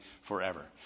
forever